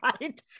right